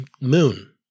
Moon